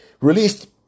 released